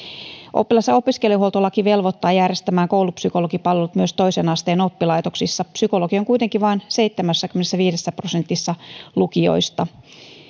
oppilas ja opiskelijahuoltolaki velvoittaa järjestämään koulupsykologipalvelut myös toisen asteen oppilaitoksissa psykologi on kuitenkin vain seitsemässäkymmenessäviidessä prosentissa lukioista